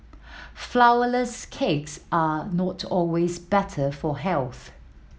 flourless cakes are not always better for health